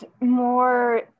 more